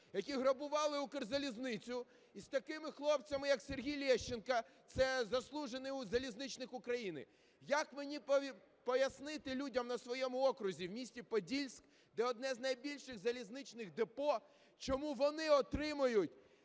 які грабували Укрзалізницю із такими хлопцями, як Сергій Лещенко, це заслужений залізничник України. Як мені пояснити людям на своєму окрузі в місті Подільськ, де одне з найбільших залізничних депо, чому вони отримують